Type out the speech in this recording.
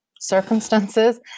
circumstances